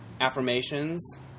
affirmations